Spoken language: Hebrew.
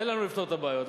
תן לנו לפתור את הבעיות,